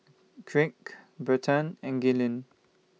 Craig Bryton and Gaylene